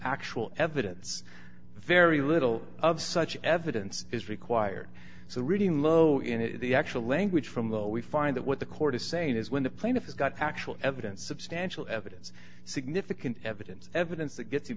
actual evidence very little of such evidence is required so really low in the actual language from what we find that what the court is saying is when the plaintiff has got actual evidence substantial evidence significant evidence evidence that gets you